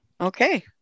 Okay